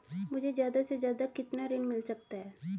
मुझे ज्यादा से ज्यादा कितना ऋण मिल सकता है?